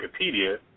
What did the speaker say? Wikipedia